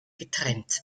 getrennt